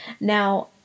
Now